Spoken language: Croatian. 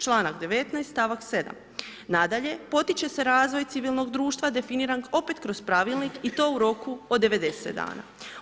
Članak 19., st. 7. Nadalje, potiče se razvoj civilnog društva definiran opet kroz Pravilnik i to u roku od 90 dana.